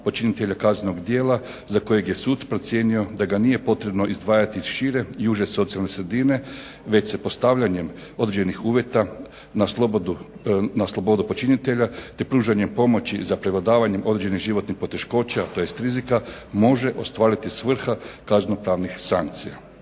počinitelja kaznenog djela za kojeg je sud procijenio da ga nije potrebno izdvajati iz šire i uže socijalne sredine već postavljanjem određenih uvjeta na slobodu počinitelja, te pružanjem pomoći za prevladavanjem određenih životnih poteškoća, tj. rizika može ostvariti svrha kazneno-pravnih sankcija.